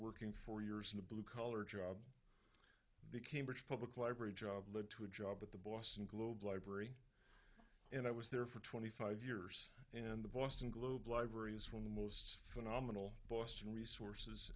working for years in a blue collar job the cambridge public library job led to a job at the boston globe library and i was there for twenty five years and the boston globe library is one the most phenomenal boston resources